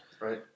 Right